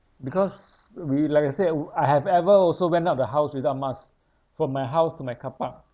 because really like I said I have ever also went out of the house without mask from my house to my car park